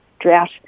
drought